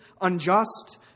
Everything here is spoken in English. unjust